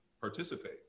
participate